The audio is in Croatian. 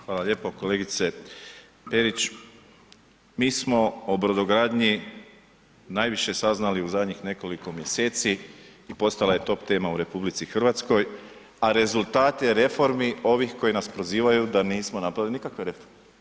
Hvala lijepa kolegice Perić, mi smo o brodogradnji najviše saznali u zadnjih nekoliko mjeseci i postala je top tema u RH, a rezultate reformi ovih koji nas prozivaju da nismo napravili nikakve reforme.